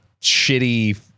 shitty